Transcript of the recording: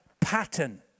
pattern